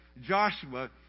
Joshua